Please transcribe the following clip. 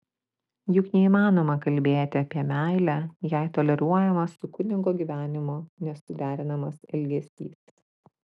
juk neįmanoma kalbėti apie meilę jei toleruojamas su kunigo gyvenimu nesuderinamas elgesys